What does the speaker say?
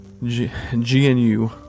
GNU